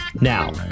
Now